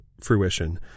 fruition